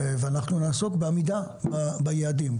ואנחנו נעסוק בעמידה ביעדים.